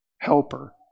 helper